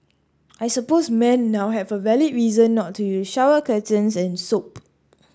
I suppose men now have a valid reason not to use shower curtains and soap